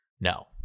no